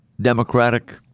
Democratic